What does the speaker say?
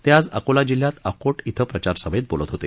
ते आज अकोला जिल्ह्यात अकोट इथं प्रचारसभेत बोलत होते